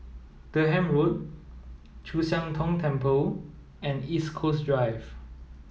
Durham Road Chu Siang Tong Temple and East Coast Drive